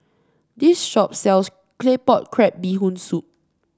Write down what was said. this shop sells Claypot Crab Bee Hoon Soup